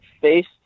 faced